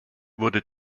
wurde